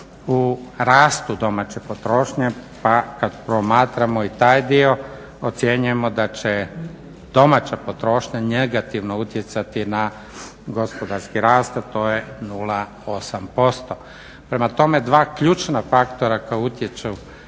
u rastu domaće potrošnje pa kad promatramo i taj dio ocjenjujemo da će domaća potrošnja negativno utjecati na gospodarski rast a to je 0,8%. Prema tome, dva ključna faktora koja utječu